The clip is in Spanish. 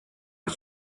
por